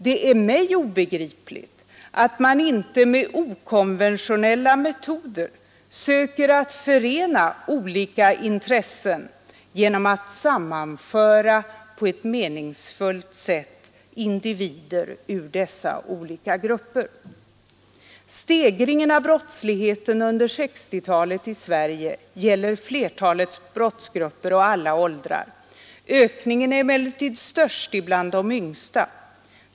Det är mig obegripligt att man inte med okonventionella metoder söker att förena olika intressen genom att sammanföra på ett meningsfullt sätt individer ur dessa olika grupper. Stegringen av brottsligheten under 1960-talet i Sverige gäller flertalet brottsgrupper ur alla åldrar. Ökningen är emellertid störst bland de yngsta.